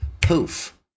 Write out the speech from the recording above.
poof